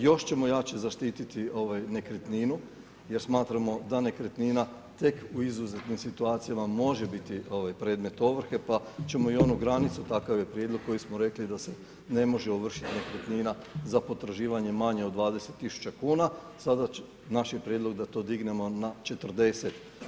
Još ćemo jače zaštiti nekretninu jer smatramo da nekretnina tek u izuzetnim situacijama može biti ovaj predmet ovrhe, pa ćemo i onu granicu, takav je prijedlog koji smo rekli da se ne može ovršiti nekretnina za potraživanje manje od 20 tisuća kuna, sada naše je prijedlog da to dignemo na 40.